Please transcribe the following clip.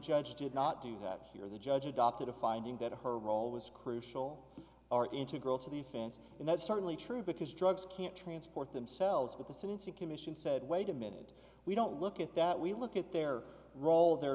judge did not do that here the judge adopted a finding that her role was crucial are integral to the offense and that's certainly true because drugs can't transport themselves with the sentencing commission said wait a minute we don't look at that we look at their role their